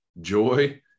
joy